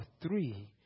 three